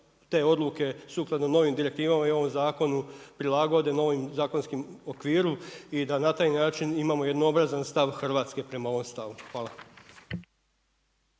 te odluke sukladno novim direktivama i ovom zakonu prilagode novim zakonskom okviru i da na taj način imamo jednoobrazan stav Hrvatske prema ovom stavu. Hvala.